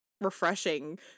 refreshing